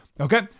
Okay